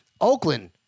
Oakland